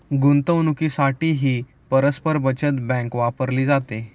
गुंतवणुकीसाठीही परस्पर बचत बँक वापरली जाते